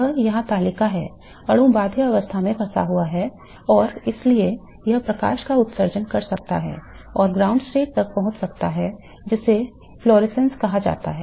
यह यहाँ तालिका है अणु बाध्य अवस्था में फंसा हुआ है और इसलिए यह प्रकाश का उत्सर्जन कर सकता है और ग्राउंड स्टेट तक पहुँच सकता है जिसे फ्लोरेसेंस कहा जाता है